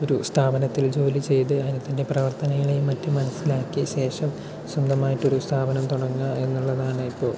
ഒരു സ്ഥാപനത്തിൽ ജോലി ചെയ്ത് അതിൻ്റെ പ്രവർത്തനങ്ങളേയും മറ്റും മനസ്സിലാക്കിയ ശേഷം സ്വന്തമായിട്ടൊരു സ്ഥാപനം തുടങ്ങുക എന്നുള്ളതാണ് ഇപ്പോൾ